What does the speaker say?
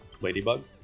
ladybug